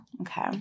Okay